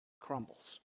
crumbles